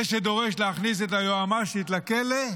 זה שדורש להכניס את היועמ"שית לכלא,